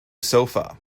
sofa